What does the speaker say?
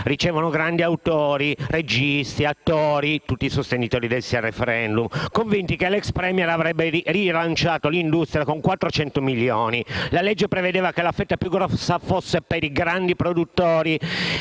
ricevono grandi autori, registi, attori - tutti sostenitori del sì al *referendum* - convinti che l'ex *Premier* avrebbe rilanciato l'industria con 400 milioni di euro. La legge prevedeva che la fetta più grossa fosse per i grandi produttori